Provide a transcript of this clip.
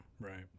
right